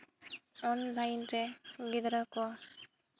online ᱨᱮ ᱜᱤᱫᱽᱨᱟᱹ ᱠᱚ